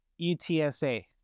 UTSA